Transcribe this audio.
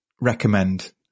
recommend